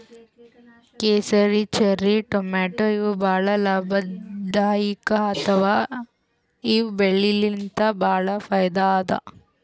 ಕೇಸರಿ, ಚೆರ್ರಿ ಟಮಾಟ್ಯಾ ಇವ್ ಭಾಳ್ ಲಾಭದಾಯಿಕ್ ಅಥವಾ ಇವ್ ಬೆಳಿಲಿನ್ತ್ ಭಾಳ್ ಫೈದಾ ಅದಾ